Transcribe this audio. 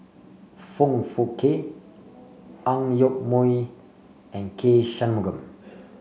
Foong Fook Kay Ang Yoke Mooi and K Shanmugam